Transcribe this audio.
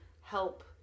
help